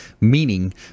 Meaning